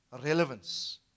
relevance